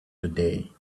today